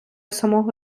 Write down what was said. самого